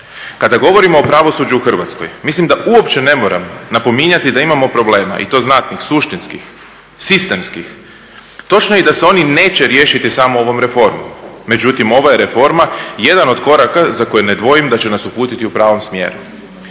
Kada govorimo o pravosuđu u Hrvatskoj mislim da uopće ne moram napominjati da imamo problema i to znatnih, suštinskih, sistemskih. Točno je i da se oni neće riješiti samo ovom reformom. Međutim, ova je reforma jedan od koraka za koji ne dvojim da će nas uputiti u pravom smjeru.